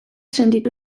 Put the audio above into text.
sentitu